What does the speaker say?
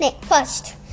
First